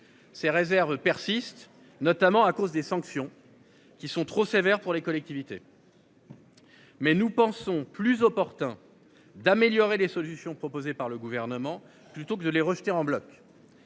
Ces réserves persistent, notamment à cause des sanctions qui sont trop sévères pour les collectivités.-- Mais nous pensons plus opportun d'améliorer les solutions proposées par le gouvernement, plutôt que de les rejeter en bloc.